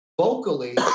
vocally